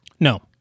no